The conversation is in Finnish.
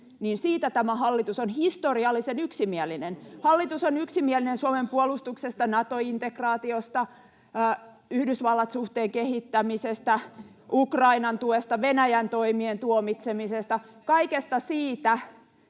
niin siitä tämä hallitus on historiallisen yksimielinen. Hallitus on yksimielinen Suomen puolustuksesta, Nato-integraatiosta, Yhdysvallat-suhteen kehittämisestä, Ukrainan tuesta, Venäjän toimien tuomitsemisesta — kaikesta siitä,